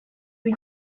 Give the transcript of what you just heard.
ibi